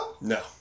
No